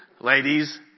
ladies